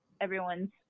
Everyone's